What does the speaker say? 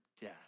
death